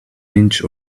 inch